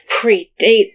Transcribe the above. predates